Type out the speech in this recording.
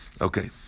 Okay